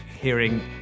hearing